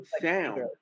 sound